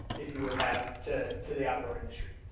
if you would have to to the outdoor industry.